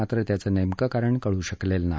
मात्र त्याचं नेमक कारण कळू शकलेलं नाही